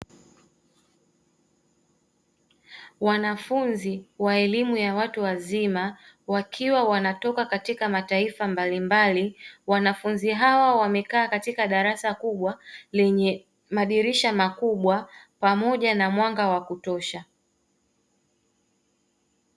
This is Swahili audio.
Wanafunzi wa elimu ya watu wazima wakiwa wanatoka katika mataifa mbalimbali, wanafunzi hawa wamekaa katika darasa kubwa lenye madirisha makubwa pamoja na mwanga wa kutosha.